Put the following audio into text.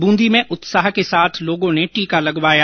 बूंदी में उत्साह के साथ लोगों ने टीका लगवाया